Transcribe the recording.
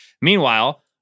Meanwhile